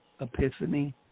epiphany